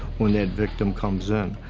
when that victim comes in.